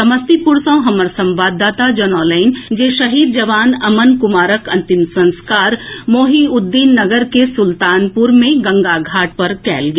समस्तीपुर सँ हमर संवाददाता जनौलनि जे शहीद जवान अमन कुमारक अंतिम संस्कार मोहिउद्दीननगर के सुल्तानपुर मे गंगा घाट पर कएल गेल